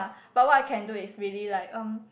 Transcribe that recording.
but what I can do is really like um